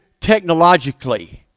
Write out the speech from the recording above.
technologically